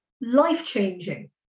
life-changing